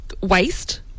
waste